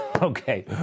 Okay